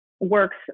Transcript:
works